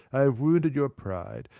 i have wounded your pride.